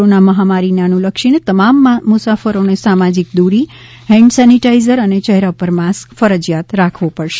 corona મહામારીને અનુલક્ષીને તમામ મુસાફરોને સામાજિક દૂરી હેન્ડ સેનિટાઈઝર અને ચહેરા ઉપર માસ્ક ફરજિયાત રાખવો પડશે